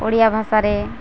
ଓଡ଼ିଆ ଭାଷାରେ